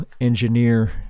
engineer